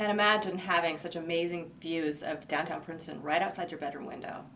and imagine having such amazing views of downtown prince and right outside your bedroom